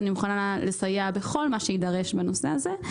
אני מוכנה לסייע בכל מה שיידרש בנושא הזה.